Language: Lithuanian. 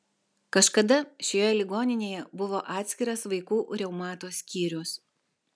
kažkada šioje ligoninėje buvo atskiras vaikų reumato skyrius